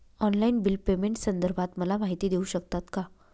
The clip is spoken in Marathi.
ऑनलाईन बिल पेमेंटसंदर्भात मला माहिती देऊ शकतात का?